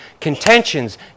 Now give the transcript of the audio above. contentions